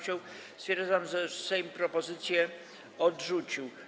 Stwierdzam, że Sejm propozycję odrzucił.